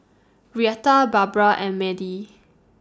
Reatha Barbra and Madie